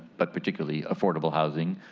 but particularly affordable housing.